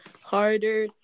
harder